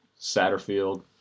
Satterfield